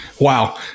Wow